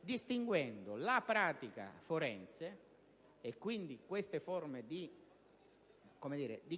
distinguendo la pratica forense, e quindi queste forme di